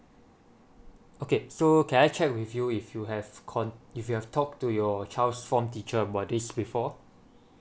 okay so can I check with you if you have con~ if you've talked to your child's form teacher about this before